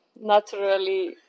naturally